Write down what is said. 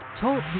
Talk